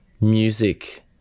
music